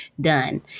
Done